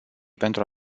pentru